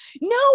No